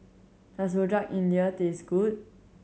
does Rojak India taste good